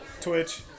Twitch